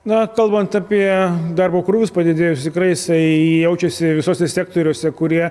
na kalbant apie darbo krūvius padidėjusį tikrai jisai jaučiasi visuose sektoriuose kurie